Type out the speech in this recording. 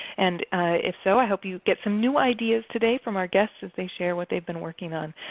and if so, i hope you get some new ideas today from our guests as they share what they've been working on.